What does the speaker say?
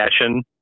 fashion